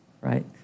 right